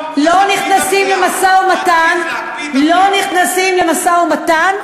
תכלית המשא-ומתן להוכיח מי לא רוצה משא-ומתן?